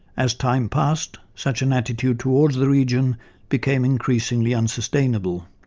as time passed, such an attitude toward the region became increasingly unsustainable.